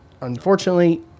unfortunately